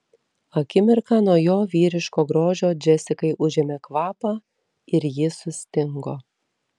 akimirką nuo jo vyriško grožio džesikai užėmė kvapą ir ji sustingo